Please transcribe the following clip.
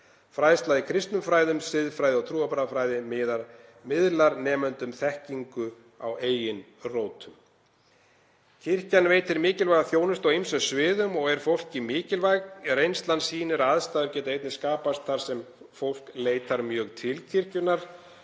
Fræðsla í kristnum fræðum, siðfræði og trúarbragðafræði miðlar nemendum þekkingu á eigin rótum. Kirkjan veitir mikilvæga þjónustu á ýmsum sviðum og er fólki mikilvæg. Reynslan sýnir að aðstæður geta einnig skapast þar sem fólk leitar mjög til kirkjunnar.